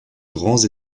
grands